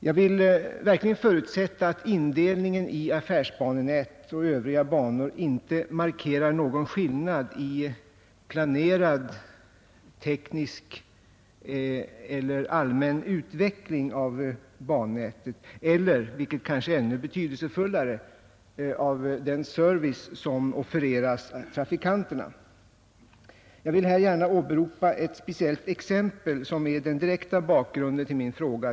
Jag vill verkligen förutsätta att indelningen i affärsbanenät och övriga banor inte markerar någon skillnad i planerad teknisk eller allmän utveckling av bannätet eller — vilket kanske är ännu betydelsefullare — av den service som offereras trafikanterna. Jag vill här gärna åberopa ett speciellt exempel som är den direkta bakgrunden till min fråga.